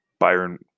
Byron